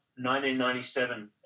1997